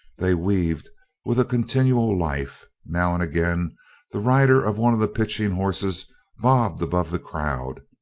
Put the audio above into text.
they weaved with a continual life now and again the rider of one of the pitching horses bobbed above the crowd,